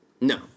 No